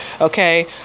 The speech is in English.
okay